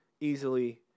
easily